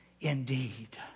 indeed